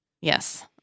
Yes